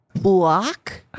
block